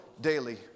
daily